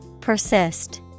Persist